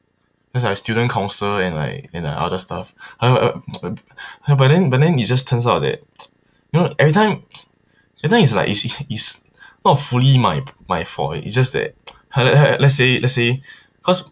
just like student council and like and like other stuff but then but then it just turns out that you know every time every time it's like you see is not fully my pr~ my fault it it's just that how how let's say let's say cause